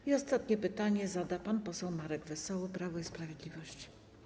I ostatnie pytanie zada pan poseł Marek Wesoły, Prawo i Sprawiedliwość.